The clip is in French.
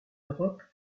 europe